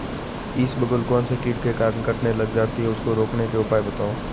इसबगोल कौनसे कीट के कारण कटने लग जाती है उसको रोकने के उपाय बताओ?